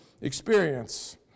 experience